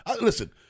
Listen